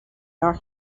your